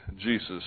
Jesus